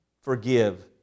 Forgive